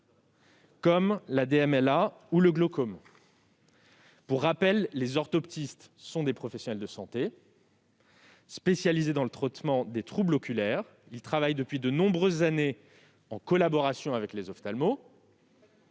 l'âge (DMLA) ou le glaucome. Pour rappel, les orthoptistes sont des professionnels de santé spécialisés dans le traitement des troubles oculaires. Ils travaillent depuis de nombreuses années en collaboration avec les ophtalmos